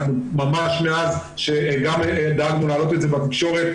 אנחנו ממש מאז גם דאגנו להעלות את זה בתקשורת,